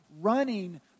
running